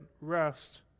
rest